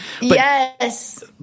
Yes